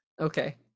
Okay